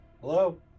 hello